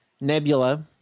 Nebula